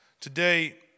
today